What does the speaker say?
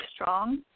strong